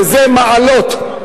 שזה מעלות,